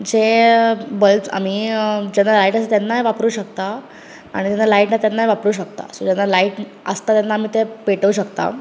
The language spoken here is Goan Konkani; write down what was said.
जें बल्बज आमी अ जेन्ना लायट आसता तेन्नाय वापरुंक शकता आनी जेन्ना लायट ना तेन्नाय वापरुंक शकता सो जेन्ना लायट अ आसता तेन्ना आमी ते पेटोवंक शकता